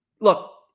Look